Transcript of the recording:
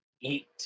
Eat